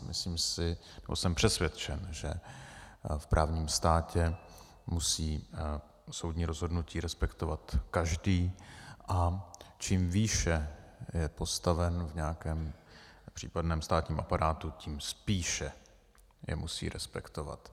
Myslím si, nebo jsem přesvědčen, že v právním státě musí soudní rozhodnutí respektovat každý, a čím výše je postaven v nějakém případném státním aparátu, tím spíše je musí respektovat.